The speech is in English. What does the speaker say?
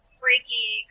freaky